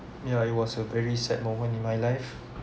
ya it was a very sad moment in my life